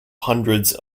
hundreds